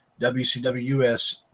WCWS